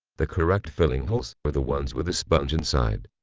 the correct filling holes are the ones with the sponge inside.